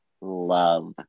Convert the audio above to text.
love